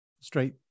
straight